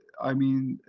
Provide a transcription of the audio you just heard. i mean